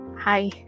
Hi